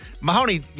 Mahoney